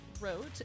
wrote